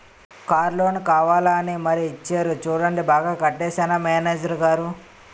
Car loan కావాలా అని మరీ ఇచ్చేరు చూడండి బాగా కట్టేశానా మేనేజరు గారూ?